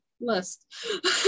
list